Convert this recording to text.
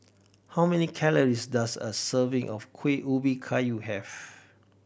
how many calories does a serving of Kueh Ubi Kayu have